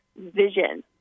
vision